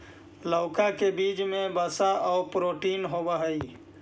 लउका के बीचा में वसा आउ प्रोटीन होब हई